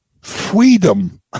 Freedom